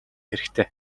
хэрэгтэй